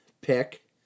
pick